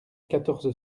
quatorze